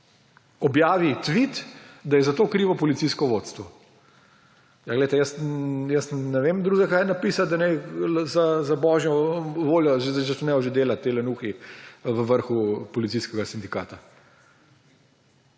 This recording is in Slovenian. objavijo tvit, da je za to krivo policijsko vodstvo. Jaz ne vem kaj drugega napisati, kot da naj za božjo voljo začnejo že delati ti lenuhi v vrhu policijskega sindikata.